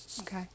Okay